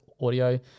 audio